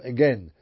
Again